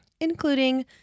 including